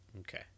Okay